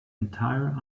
entire